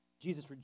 Jesus